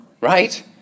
Right